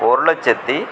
ஒரு லட்சத்தி